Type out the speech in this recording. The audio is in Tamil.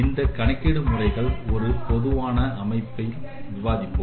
இந்தக் கணக்கீடு முறைகள் ஒரு பொதுவான கட்டமைப்பில் விவாதிப்போம்